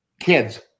kids